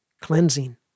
cleansing